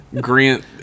Grant